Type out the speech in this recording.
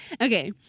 Okay